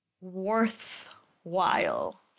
worthwhile